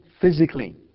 physically